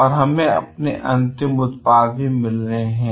और हमें अपने अंतिम उत्पाद भी मिल रहे हैं